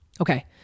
okay